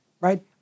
right